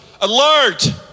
Alert